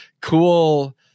cool